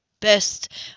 Best